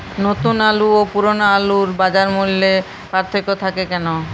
নতুন আলু ও পুরনো আলুর বাজার মূল্যে পার্থক্য থাকে কেন?